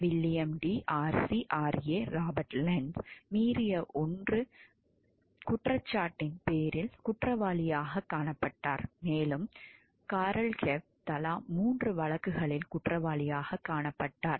William T RCRA Robert லென்ட்ஸை மீறிய 1 குற்றச்சாட்டின் பேரில் குற்றவாளியாகக் காணப்பட்டார் மேலும் கார்ல் கெப் தலா 3 வழக்குகளில் குற்றவாளியாகக் காணப்பட்டார்